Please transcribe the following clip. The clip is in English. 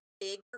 big